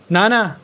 ના ના